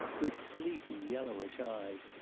with sleepy yellowish eyes,